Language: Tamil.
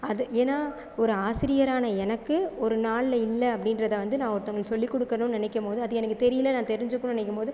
அது ஏன்னால் ஒரு ஆசியரான எனக்கு ஒரு நாளில் இல்லை அப்படின்றத வந்து நான் ஒருத்தவங்களுக்கு சொல்லிக் கொடுக்கணுன்னு நினைக்கும் போது அது எனக்கு தெரியல நான் தெரிஞ்சுக்கணுன்னு நினைக்கும் போது